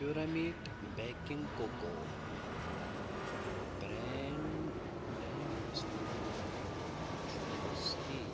پیوٗرامیٹ baking cocoa برٛین brand یُس مےٚ مِلیو چھُنہٕ صحیح